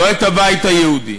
לא את הבית היהודי,